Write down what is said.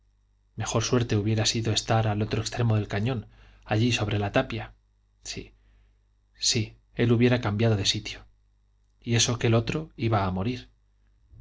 mejor suerte hubiera sido estar al otro extremo del cañón allí sobre la tapia sí sí él hubiera cambiado de sitio y eso que el otro iba a morir